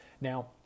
now